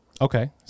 Okay